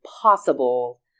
possible